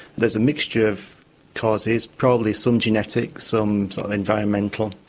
there's a mixture of causes, probably some genetic, some environmental.